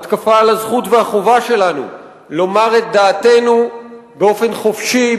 התקפה על הזכות והחובה שלנו לומר את דעתנו באופן חופשי,